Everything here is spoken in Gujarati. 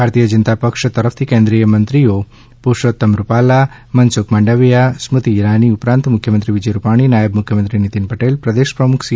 ભારતીય જનતા પક્ષ તરફથી કેન્રિઆિય મંત્રીઓશ્રી પુરૂષોત્તમ રૂપાલા શ્રી મનસુખ માંડવિયા શ્રીમતી સ્મૃતિ ઇરાની ઉપરાંત મુખ્યમંત્રી વિજય રૂપાણી નાયબ મુખ્યમંત્રી નિતીન પટેલ પ્રદેશ પ્રમુખ સી